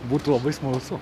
būtų labai smalsu